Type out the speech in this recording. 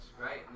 right